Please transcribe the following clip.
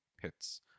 Hits